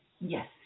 yes